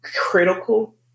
critical